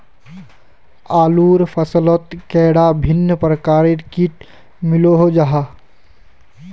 आलूर फसलोत कैडा भिन्न प्रकारेर किट मिलोहो जाहा?